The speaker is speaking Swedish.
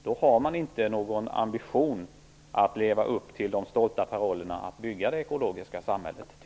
Då har man tyvärr inte någon ambition att leva upp till de stolta parollerna när det gäller att bygga det ekologiska samhället.